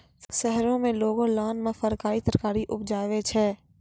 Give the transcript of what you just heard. शहरो में लोगों लान मे फरकारी तरकारी उपजाबै छै